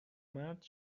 مرد